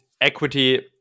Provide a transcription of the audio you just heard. equity